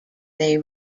they